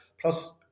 plus